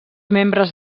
membres